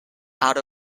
out